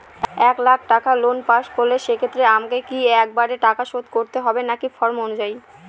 এক লাখ টাকা loan pass হল সেক্ষেত্রে আমাকে কি একবারে টাকা শোধ করতে হবে নাকি টার্ম অনুযায়ী?